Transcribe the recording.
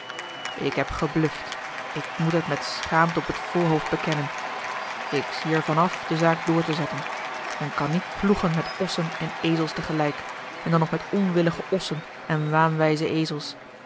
ik heb gebluft ik moet het met schaamte op het voorhoofd bekennen ik zie er van af de zaak door te zetten men kan niet ploegen met ossen en ezels tegelijk en dan nog met onwillige ossen en waanwijze ezels